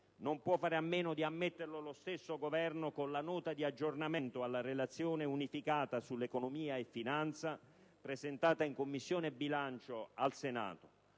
Non può fare a meno di ammetterlo lo stesso Governo con la Nota di aggiornamento alla relazione unificata sull'economia e la finanza pubblica, presentata in Commissione bilancio al Senato.